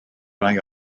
rai